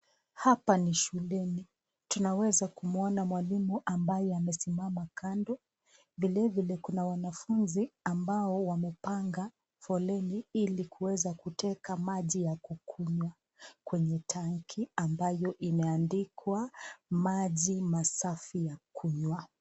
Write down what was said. Hapa ni shuleni. Tunaweza kumuona mwalimu ambaye amesimama kando. Vile vile kuna wanafunzi ambao wamepanga foleni ili kuweza kuteka maji ya kunywa kwenye tanki ambayo imeandikwa "maji masafi ya kunywa."